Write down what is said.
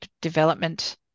development